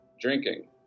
drinking